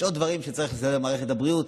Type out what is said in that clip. יש עוד דברים שצריך לסדר במערכת הבריאות,